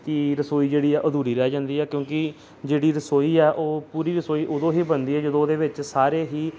ਕਿ ਰਸੋਈ ਜਿਹੜੀ ਆ ਅਧੂਰੀ ਰਹਿ ਜਾਂਦੀ ਹੈ ਕਿਉਂਕਿ ਜਿਹੜੀ ਰਸੋਈ ਆ ਉਹ ਪੂਰੀ ਰਸੋਈ ਉਦੋਂ ਹੀ ਬਣਦੀ ਹੈ ਜਦੋਂ ਉਹਦੇ ਵਿੱਚ ਸਾਰੇ ਹੀ